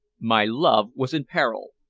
my love was in peril!